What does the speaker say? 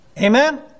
Amen